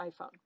iPhone